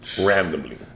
Randomly